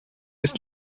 ist